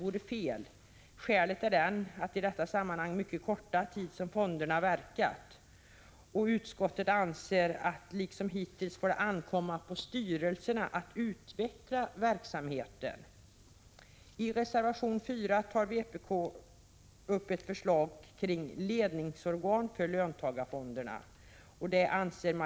Skälet härtill är den i detta sammanhang mycket korta tid som fonderna verkat. Utskottet anser att det liksom hittills får ankomma på styrelserna att utveckla verksamheten. I reservation 4 tar vpk upp ett förslag om ledningsorgan för löntagarfon — Prot. 1985/86:158 derna.